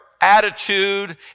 attitude